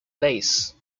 base